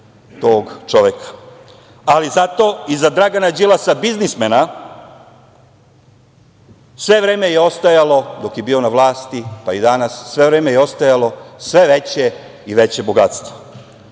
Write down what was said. tog čoveka, ali zato iza Dragana Đilasa biznismena sve vreme je ostajalo, dok je bio na vlasti, pa i danas, sve veće i veće bogatstvo. Mi